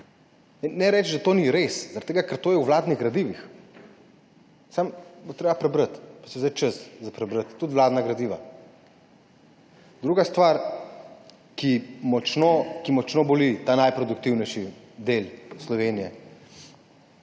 ne reči, da to ni res, ker to je v vladnih gradivih, samo bo treba prebrati, si vzeti čas za prebrati tudi vladna gradiva. Druga stvar, ki močno, ki močno boli ta najproduktivnejši del Slovenije,